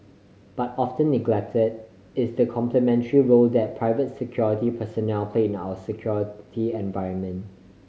but often neglected is the complementary role that private security personnel play in our security environment